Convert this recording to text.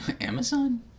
Amazon